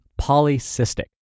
polycystic